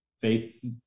faith